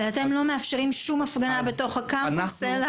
אתם לא מאפשרים שום הפגנה בתוך הקמפוס?